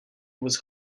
was